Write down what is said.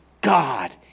God